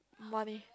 money